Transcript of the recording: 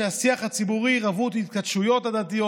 שבהם שהשיח הציבורי רווי התכתשויות הדדיות